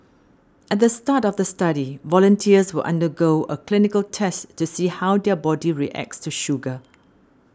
at the start of the study volunteers will undergo a clinical test to see how their body reacts to sugar